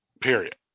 period